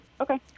Okay